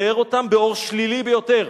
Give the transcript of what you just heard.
תיאר אותם באור שלילי ביותר.